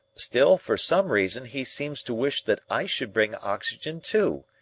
still, for some reason he seems to wish that i should bring oxygen too.